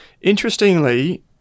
Interestingly